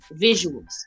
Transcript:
visuals